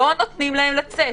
נותנים להם לצאת